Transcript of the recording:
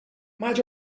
maig